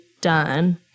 done